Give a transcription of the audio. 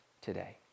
today